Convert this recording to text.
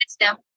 System